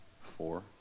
four